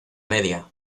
media